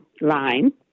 line